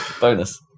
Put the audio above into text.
bonus